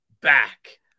back